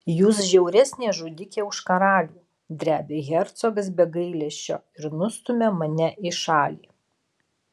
jūs žiauresnė žudikė už karalių drebia hercogas be gailesčio ir nustumia mane į šalį